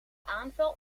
aanval